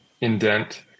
indent